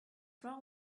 wrong